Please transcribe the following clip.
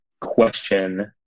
question